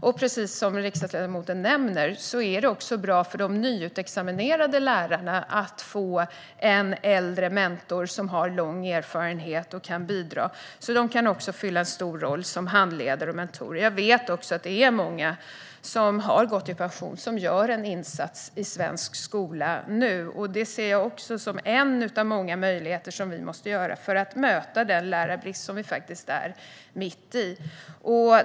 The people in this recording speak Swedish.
Och precis som riksdagsledamoten säger är det också bra för de nyutexaminerade lärarna att få en äldre mentor med lång erfarenhet som kan bidra. De kan fylla en stor roll som handledare och mentorer. Jag vet också att det är många som har gått i pension som gör en insats i svensk skola nu. Det ser jag som en av många möjligheter för att möta den lärarbrist som vi är mitt i.